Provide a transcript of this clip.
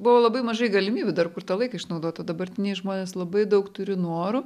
buvo labai mažai galimybių dar kur tą laiką išnaudot o dabartiniai žmonės labai daug turi norų